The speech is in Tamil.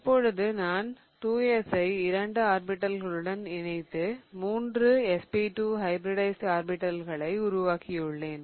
இப்போது நான் 2s ஐ இரண்டு p ஆர்பிடல்களுடன் இணைத்து மூன்று sp2 ஹைபிரிடைஸிட் ஆர்பிடல்களை உருவாக்கியுள்ளேன்